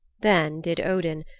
then did odin,